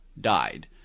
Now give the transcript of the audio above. died